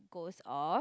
goes off